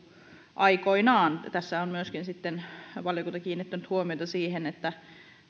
aikoinaan tässä on myöskin sitten valiokunta kiinnittänyt huomiota siihen että